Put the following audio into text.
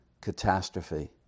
catastrophe